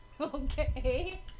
Okay